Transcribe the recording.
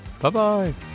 Bye-bye